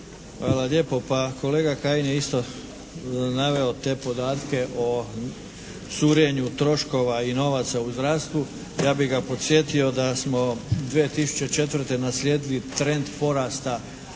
Hvala lijepo. Pa kolega Kajin je isto naveo te podatke o curenju troškova i novaca u zdravstvu. Ja bih ga podsjetio da smo 2004. naslijedili trend porasta